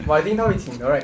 but I think 他会请的 right